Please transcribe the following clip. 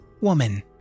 woman